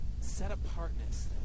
set-apartness